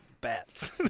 bats